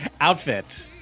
outfit